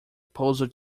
puzzled